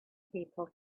people